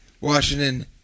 Washington